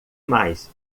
mais